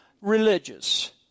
religious